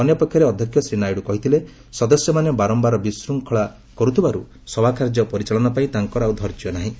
ଅନ୍ୟପକ୍ଷରେ ଅଧ୍ୟକ୍ଷ ଶ୍ରୀ ନାଇଡୁ କହିଥିଲେ ସଦସ୍ୟମାନେ ବାରମ୍ଘାର ବିଶ୍ୱଙ୍ଗଳା କରୁଥିବାରୁ ସଭାକାର୍ଯ୍ୟ ପରିଚାଳନା ପାଇଁ ତାଙ୍କର ଆଉ ଧୈର୍ଯ୍ୟ ନାହିଁ